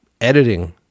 editing